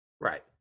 right